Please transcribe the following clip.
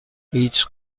هیچ